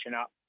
up